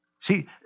See